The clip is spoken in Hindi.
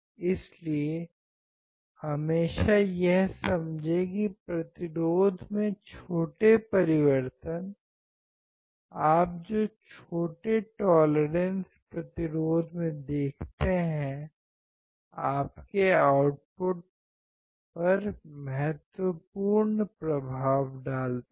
इसलिए हमेशा यह समझें कि प्रतिरोध में छोटे परिवर्तन आप जो छोटे टोलेरेंश प्रतिरोध में देखते हैं आपके आउटपुट महत्वपूर्ण प्रभाव डालते हैं